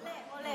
עולה.